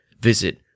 Visit